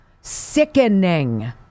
sickening